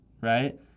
right